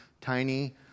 Tiny